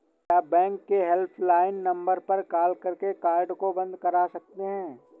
क्या बैंक के helpline number पर कॉल करके कार्ड को बंद करा सकते हैं?